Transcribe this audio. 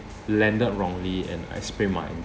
landed wrongly and I sprained my ankle